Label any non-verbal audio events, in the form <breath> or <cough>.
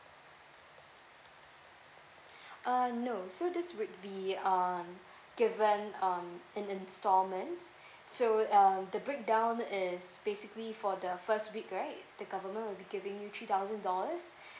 uh no so this would be um given on an installments so um the breakdown is basically for the six week right the government would be giving you three thousand dollars <breath>